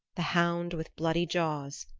the hound with bloody jaws,